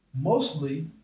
mostly